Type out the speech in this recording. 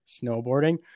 snowboarding